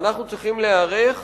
ואנחנו צריכים להיערך